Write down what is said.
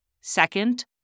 second